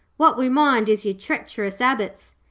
what we minds is your treacherous abits.